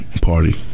party